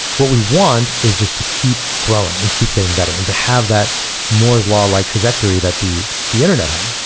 what we want is just to keep growing and keep getting better and to have that moore's law like trajectory that the the internet had.